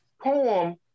poem